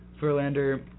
Verlander